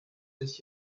with